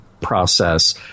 process